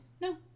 No